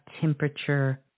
temperature